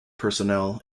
personnel